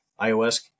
iOS